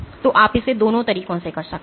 तो आप इसे दोनों तरीकों से कर सकते हैं